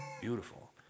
Beautiful